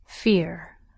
Fear